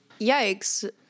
Yikes